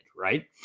Right